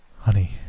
Honey